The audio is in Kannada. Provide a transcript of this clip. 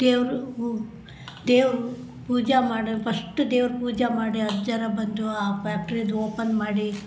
ದೇವ್ರು ಗು ದೇವ್ರ ಪೂಜೆ ಮಾಡಿ ಫಸ್ಟ್ ದೇವ್ರ ಪೂಜೆ ಮಾಡಿ ಹತ್ತು ಜನ ಬಂದು ಆ ಫ್ಯಾಕ್ಟ್ರಿದು ಓಪನ್ ಮಾಡಿ